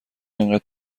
اینقدر